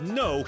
no